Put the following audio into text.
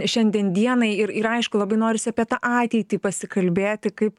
šiandien dienai ir ir aišku labai norisi apie tą ateitį pasikalbėti kaip